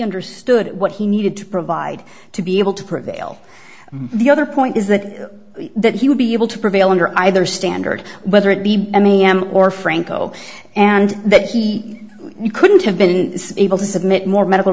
understood what he needed to provide to be able to prevail the other point is that that he would be able to prevail under either standard whether it be m e m or franco and that he couldn't have been able to submit more medical